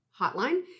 hotline